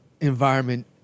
environment